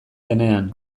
denean